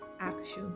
action